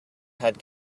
had